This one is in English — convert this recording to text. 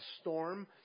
storm